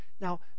Now